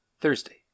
Thursday